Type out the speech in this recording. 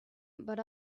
but